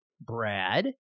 Brad